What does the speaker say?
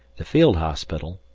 the field hospital,